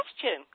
question